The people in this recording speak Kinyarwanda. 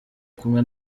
kumwe